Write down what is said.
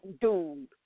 dude